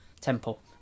temple